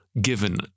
given